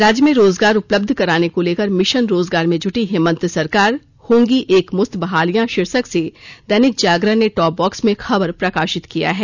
राज्य में रोजगार उपलब्ध कराने को लेकर मिशन रोजगार में जुटी हेमंत सरकार होंगी एक मुस्त बहालियां शीर्षक से दैनिक जागरण ने टॉप बॉक्स में खबर प्रकाशित किया है